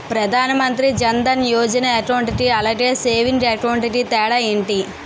Pradhan Mantri Jan Dhan Yojana account కి అలాగే savings account కి తేడా ఏంటి?